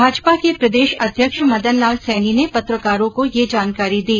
भाजपा के प्रदेश अध्यक्ष मदन लाल सैनी ने पत्रकारों को यह जानकारी दी